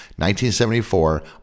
1974